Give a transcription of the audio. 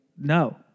No